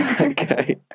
Okay